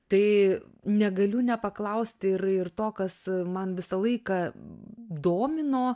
tai negaliu nepaklausti ir ir to kas man visą laiką domino